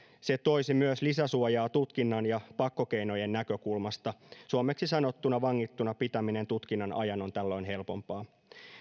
se toisi myös lisäsuojaa tutkinnan ja pakkokeinojen näkökulmasta suomeksi sanottuna vangittuna pitäminen tutkinnan ajan on tällöin helpompaa